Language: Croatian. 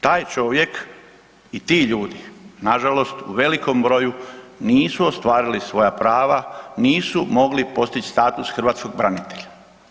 Taj čovjek i ti ljudi, nažalost u velikom broju nisu ostvarili svoja prava, nisu mogli postić status hrvatskog branitelja.